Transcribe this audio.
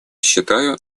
считаю